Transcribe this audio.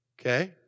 Okay